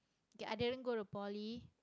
okay I didn't go to Poly